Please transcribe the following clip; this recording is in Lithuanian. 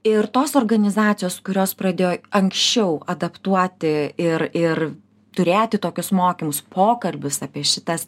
ir tos organizacijos kurios pradėjo anksčiau adaptuoti ir ir turėti tokius mokymus pokalbius apie šitas